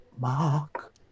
Mark